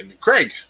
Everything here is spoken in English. Craig